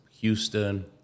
Houston